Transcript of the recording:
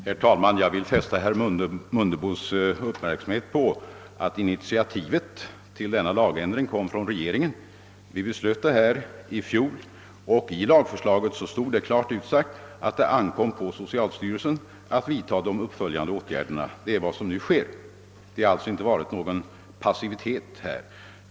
Herr talman! Jag vill fästa herr Mundebos uppmärksamhet på att initiativet till lagändringen togs av regeringen. Riksdagen fattade beslut om ändringen i fjol, och i lagförslaget stod det klart utsagt att det ankom på socialstyrelsen att vidtaga de uppföljande åtgärderna. Det är vad som nu sker. Någon passivitet har det alltså inte varit fråga om.